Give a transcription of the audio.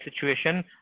situation